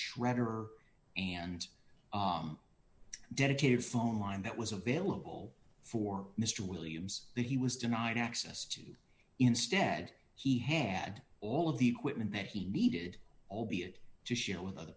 shredder and dedicated phone line that was available for mr williams that he was denied access to instead he had all of the equipment that he needed albeit to share with other